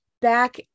back